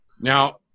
Now